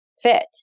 fit